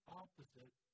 opposite